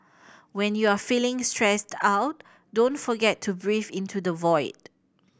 when you are feeling stressed out don't forget to breathe into the void